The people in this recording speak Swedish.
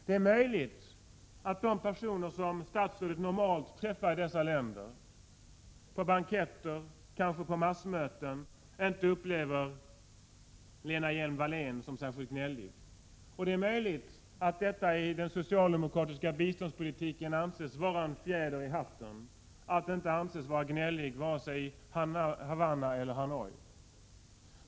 Det är möjligt att de personer som statsrådet normalt träffar i dessa länder, på banketter, kanske på massmöten, inte upplever Lena Hjelm-Wallén som särskilt gnällig, och det är möjligt att det i den socialdemokratiska biståndspolitiken anses vara en fjäder i hatten att inte anses vara gnällig vare sig i Havanna eller i Hanoi.